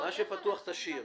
מה שפתוח תשאיר.